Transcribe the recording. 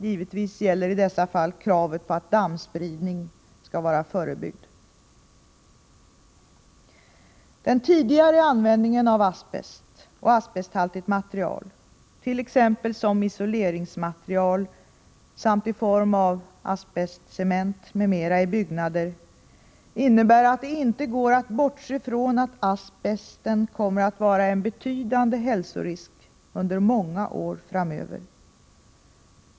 Givetvis gäller i dessa fall kravet på att dammspridningen skall vara förebyggd. Den tidigare användningen av asbest och asbesthaltigt material, t.ex. som isoleringsmaterial samt i form av asbestcement m.m. i byggnader, innebär att det inte går att bortse från att asbesten kommer att vara en betydande hälsorisk under många år framöver.